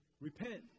repent